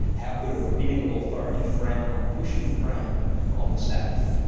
how could a rabbinical authority frown on pushing a pram on the sabbath?